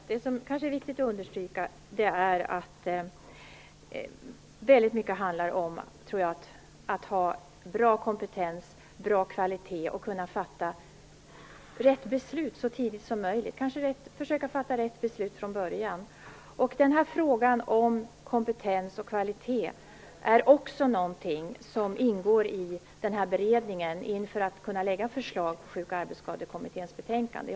Herr talman! Det som är viktigt att understryka är att det väldigt mycket handlar om att ha bra kompetens och bra kvalitet och att så tidigt som möjligt kunna fatta rätt beslut, kanske att fatta ett sådant redan från början. Frågan om kompetens och kvalitet ingår i den beredning som sker inför framläggandet av förslag i Sjuk och arbetsskadekommitténs betänkande.